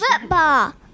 Football